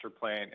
plan